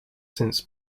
since